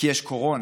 כי יש קורונה,